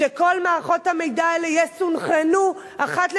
שכל מערכות המידע האלה יסונכרנו אחת ולתמיד,